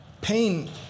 Pain